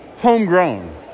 homegrown